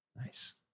Nice